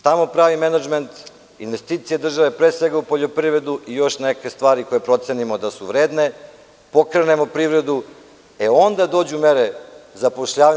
Tamo pravi menadžment, investicija države je pre svega u poljoprivredu i još neke stvari koje procenimo da su vredne, pokrenemo privredu, e onda dođu mere zapošljavanja.